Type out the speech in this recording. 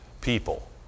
people